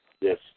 Yes